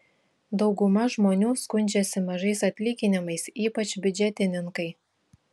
dauguma žmonių skundžiasi mažais atlyginimais ypač biudžetininkai